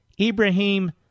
Ibrahim